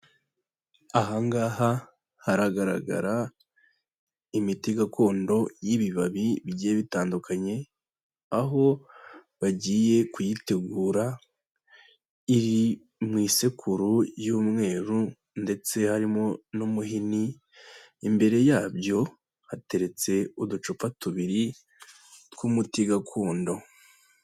Aha ngaha, haragaragara imiti gakondo y'ibibabi bigiye bitandukanye, aho bagiye kuyitegura, iri mu isekuru y'umweru ndetse harimo n'umuhini, imbere yabyo, hateretse uducupa tubiri tw'umuti gakondo.